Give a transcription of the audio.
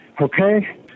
Okay